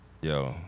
Yo